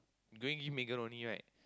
you gonna give Megan only right